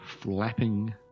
flapping